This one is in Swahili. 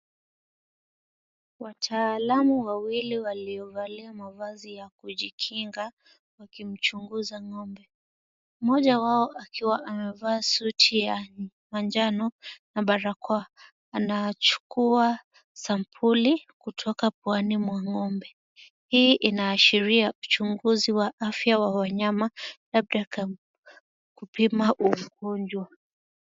Wataalamu wawili waliovalia mavazi ya kujikinga wakimchunguza ng'ombe. Mmoja wao akiwa amevaa suti ya manjano na barakoa. Anachukua Sampuli kutoka puani mwa ng'ombe. Hii inaashiria uchunguzi wa afya wa wanyama, labda kupima ugonjwa.